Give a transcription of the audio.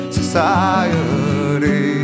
Society